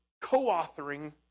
co-authoring